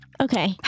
Okay